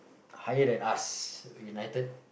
higher than us united